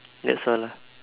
that's all ah